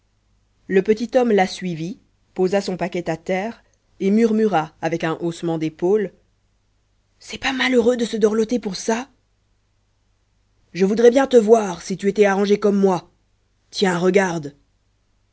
le petit homme la suivit posa son paquet à terre et murmura avec un haussement d'épaules c'est pas malheureux de se dorloter pour ça je voudrais bien te voir si tu étais arrangé comme moi tiens regarde